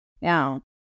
Now